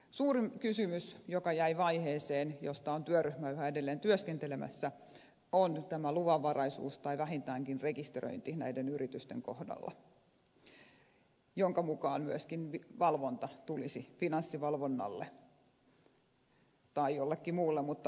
suurin kysymys joka jäi vaiheeseen ja jonka parissa työryhmä on yhä edelleen työskentelemässä on tämä luvanvaraisuus tai vähintäänkin rekisteröinti näiden yritysten kohdalla jonka mukaan myöskin valvonta tulisi finanssivalvonnalle tai jollekin muulle mutta oletettavasti finanssivalvonnalle